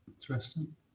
Interesting